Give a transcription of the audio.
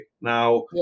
Now